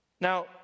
Now